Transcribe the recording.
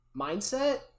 mindset